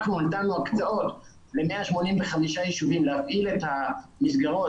אנחנו נתנו הקצאות ל-185 ישובים להפעיל את המסגרות